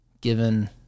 given